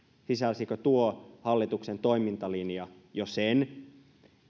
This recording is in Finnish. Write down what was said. sisälsikö tuo hallituksen toimintalinja jo sen